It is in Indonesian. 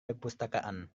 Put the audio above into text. perpustakaan